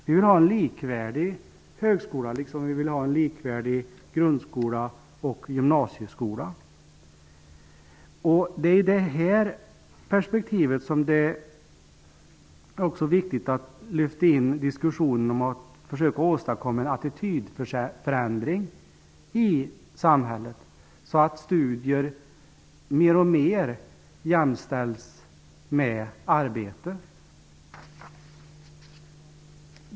Vi vill ha en likvärdig högskola, liksom vi vill ha en likvärdig grundskola och gymnasieskola. Det är i det här perspektivet som det också är viktigt att lyfta in diskussionen om att försöka åstadkomma en attitydförändring i samhället, så att studier mer och mer jämställs med arbete.